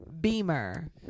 Beamer